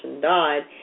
died